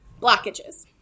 blockages